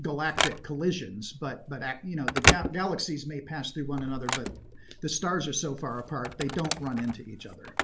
galactic collisions, but but you know the galaxies may pass through one another, but the stars are so far apart, they don't run into each other.